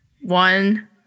One